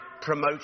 promote